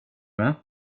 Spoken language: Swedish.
med